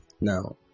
Now